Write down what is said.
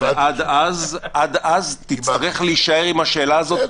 עד אז, תצטרך להישאר עם השאלה הזאת פתוחה,